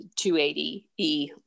280e